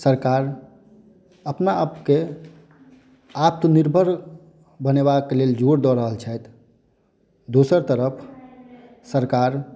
सरकार अपना आपकेँ आत्मनिर्भर बनेबाक लेल जोड़ दऽ रहल छथि दोसर तरफ सरकार